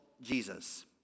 Jesus